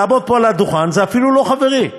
זה אפילו לא חברי.